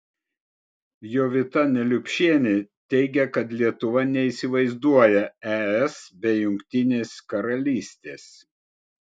jovita neliupšienė teigia kad lietuva neįsivaizduoja es be jungtinės karalystės